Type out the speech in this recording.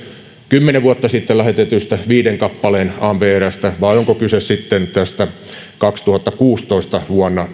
kymmenen vuotta sitten lähetetystä viiteen kappaleen amv erästä vai onko kyse sitten tästä vuonna kaksituhattakuusitoista